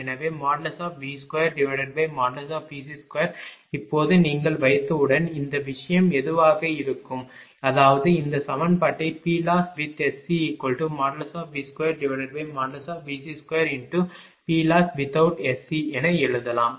எனவே V2Vc2 இப்போது நீங்கள் வைத்தவுடன் இந்த விஷயம் இதுவாக இருக்கும் அதாவது இந்த சமன்பாட்டை PLosswith SCV2Vc2×PLosswithout SC என எழுதலாம்